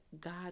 God